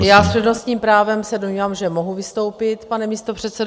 Já s přednostním právem se domnívám, že mohu vystoupit, pane místopředsedo.